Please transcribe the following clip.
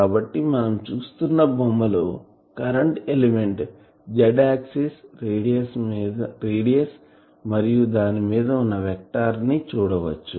కాబట్టి మనం చూస్తున్న బొమ్మ లో current element Z axis radius మరియు దాని మీద ఉన్న వెక్టార్ ని చూడవచ్చు